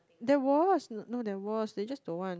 there was no there was they just don't want